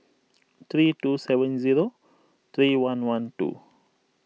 three two seven zero three one one two